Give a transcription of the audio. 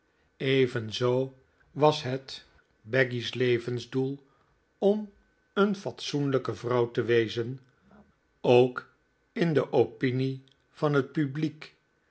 evenzoo was het becky's levensdoel om een fatsoenlijke vrouw te wezen ook in de opinie van het publiek